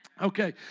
Okay